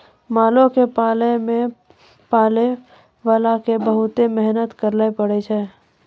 मालो क पालै मे पालैबाला क बहुते मेहनत करैले पड़ै छै